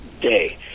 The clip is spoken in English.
day